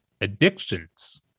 addictions